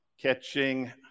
catching